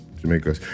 Jamaica